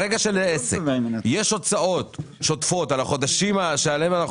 ברגע שלעסק יש הוצאות שוטפות על החודשים שעליהם אנחנו